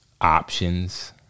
options